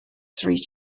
three